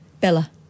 Bella